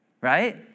right